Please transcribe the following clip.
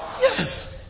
Yes